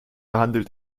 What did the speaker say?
handelt